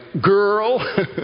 girl